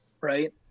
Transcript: right